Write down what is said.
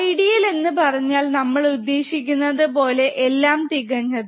ideal എന്ന് പറഞ്ഞാൽ നമ്മൾ ഉദ്ദേശിക്കുന്നത് പോലെ എല്ലാം തികഞ്ഞത്